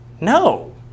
No